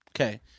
Okay